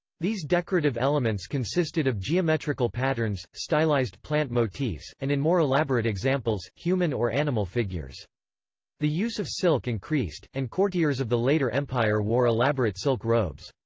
these decorative elements consisted of geometrical patterns, stylized plant motifs, and in more elaborate examples, human or animal figures the use of silk increased, and courtiers of the later empire wore elaborate silk robes.